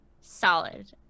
Solid